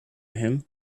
him